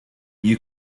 you